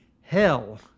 Hell